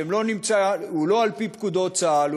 שהוא לא על-פי פקודות צה"ל,